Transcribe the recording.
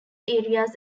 areas